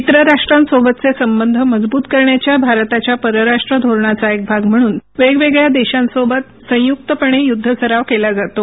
मित्रराष्ट्रांसोबतचे संबंध मजबूत करण्याच्या भारताच्या परराष्ट्र धोरणाचा एक भाग म्हणून वेगवेगळ्या देशांसोबत संयुक्तपणे युद्धसराव केला जातो